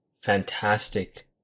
fantastic